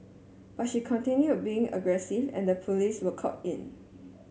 but she continued being aggressive and the police were called in